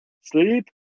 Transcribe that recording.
sleep